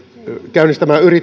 käynnistämään